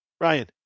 Ryan